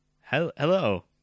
Hello